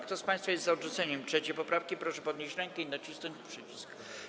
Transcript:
Kto z państwa jest za odrzuceniem 3. poprawki, proszę podnieść rękę i nacisnąć przycisk.